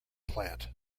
plant